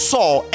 Saul